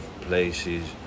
places